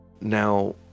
Now